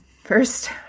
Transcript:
First